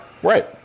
Right